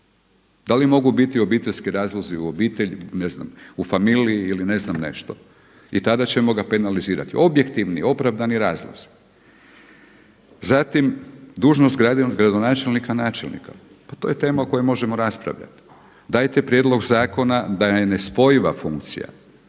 Da li mogu biti obiteljski razlozi u obitelji, ne znam, u familiji ili ne znam nešto? I tada ćemo ga penalizirati, objektivni, opravdani razlozi. Zatim, dužnost gradonačelnika, načelnika. Pa to je tema o kojoj možemo raspravljati. Dajte prijedlog zakona da je nespojiva funkcija